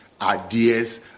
ideas